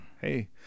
hey